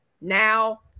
now